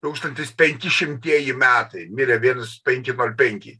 tūkstantis penkišimtieji metai mirė viens penki nol penki